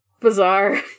bizarre